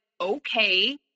okay